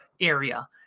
area